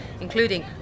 including